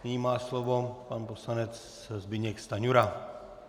Nyní má slovo pan poslanec Zbyněk Stanjura.